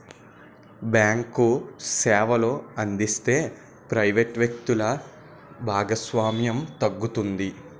bank సేవలు అందిస్తే private వ్యక్తులు భాగస్వామ్యం తగ్గుతుంది